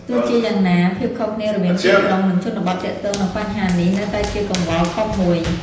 ទោះជាយ៉ាងណា ភាពខុសគ្នារវាងទីក្រុង និងជនបទទាក់ទងនឹងបញ្ហានេះនៅតែជាកង្វល់ធំមួយ។